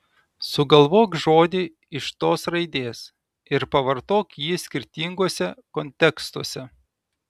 sugalvok žodį iš tos raidės ir pavartok jį skirtinguose kontekstuose